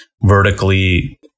vertically